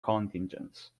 contingents